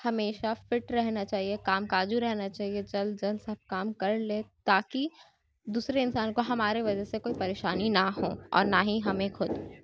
ہمیشہ فٹ رہنا چاہیے کام کاجو رہنا چاہیے جلد از جلد سب کام کر لے تاکہ دوسرے انسان کو ہمارے وجہ سے کوئی پریشانی نہ ہو اور نہ ہی ہمیں خود